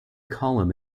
column